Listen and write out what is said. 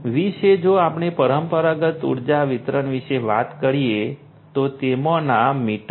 વિશે જો આપણે પરંપરાગત ઉર્જા વિતરણ વિશે વાત કરીએ તો તેમાંના મીટર